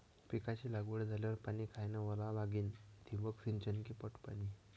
पिकाची लागवड झाल्यावर पाणी कायनं वळवा लागीन? ठिबक सिंचन की पट पाणी?